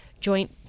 joint